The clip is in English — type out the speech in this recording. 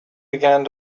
began